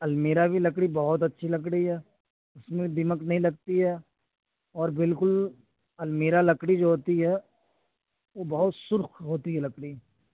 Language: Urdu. المیرا کی لکڑی بہت اچھی لکڑی ہے اس میں دیمک نہیں لگتی ہے اور بالکل المیرا لکڑی جو ہوتی ہے وہ بہت سرخ ہوتی ہے لکڑی